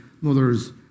mother's